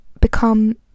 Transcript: become